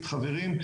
חברים,